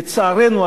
לצערנו,